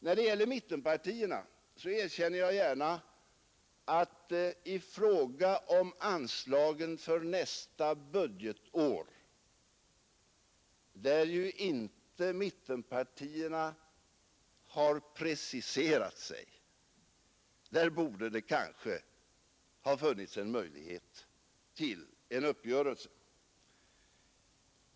När det gäller mittenpartierna så erkänner jag gärna att i fråga om anslagen för nästa budgetår, där ju mittenpartierna inte har preciserat sig, borde det kanske ha funnits möjlighet till en uppgörelse.